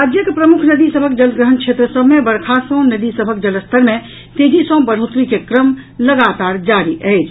राज्यक प्रमुख नदी सभक जलग्रहण क्षेत्र सभ मे वर्षा सॅ नदी सभक जलस्तर मे तेजी सॅ बढ़ोत्तरी के क्रम लगातार जारी अछि